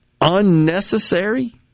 unnecessary